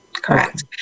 correct